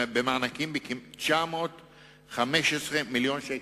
במענקים בכ-915 מיליון שקל,